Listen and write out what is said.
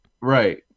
Right